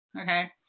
Okay